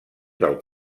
del